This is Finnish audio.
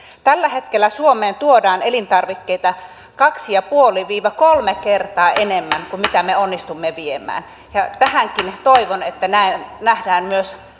tällä hetkellä suomeen tuodaan elintarvikkeita kaksi pilkku viisi viiva kolme kertaa enemmän kuin mitä me onnistumme viemään toivon että tähänkin nähdään myös